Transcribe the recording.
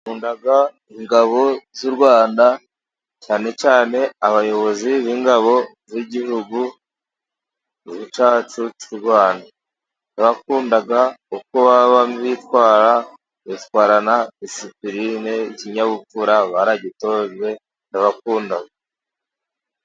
Nkunda ingabo z'u Rwanda cyane cyane, abayobozi b'ingabo z'igihugu cyacu cy'u Rwanda, ndabakunda uko baba bitwara ,bitwarana disipurine, ikinyabupfura baragitojwe ndabakunda.